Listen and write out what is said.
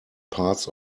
parts